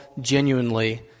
genuinely